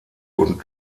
und